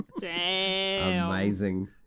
amazing